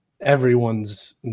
everyone's